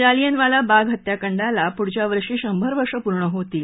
जालियनवाला बाग हत्याकांडाला पुढच्या वर्षी शंभर वर्ष पूर्ण होतील